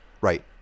right